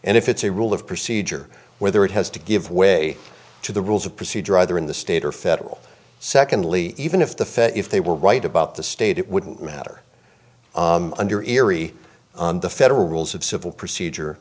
and if it's a rule of procedure whether it has to give way to the rules of procedure either in the state or federal secondly even if the fed if they were right about the state it wouldn't matter under erie the federal rules of civil procedure